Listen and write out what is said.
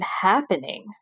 happening